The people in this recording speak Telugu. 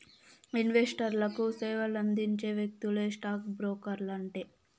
ఇన్వెస్టర్లకు సేవలందించే వ్యక్తులే స్టాక్ బ్రోకర్లంటే